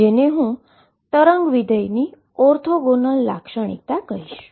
જેને હું વેવ ફંક્શનની ઓર્થોગોનલઓર્થોગોનલ લાક્ષણિકતા કહીશ